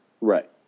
Right